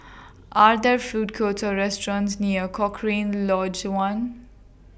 Are There Food Courts Or restaurants near Cochrane Lodge one